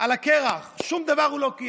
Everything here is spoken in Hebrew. על הקרח, שום דבר הוא לא קיים.